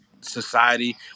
society